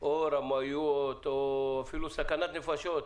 או מרמאויות ואפילו סכנת נפשות.